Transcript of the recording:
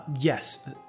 Yes